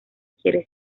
quiere